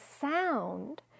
sound